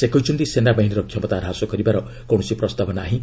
ସେ କହିଛନ୍ତି ସେନାବାହିନୀର କ୍ଷମତା ହ୍ରାସ କରିବାର କକଣସି ପ୍ରସ୍ତାବ ନାହିଁ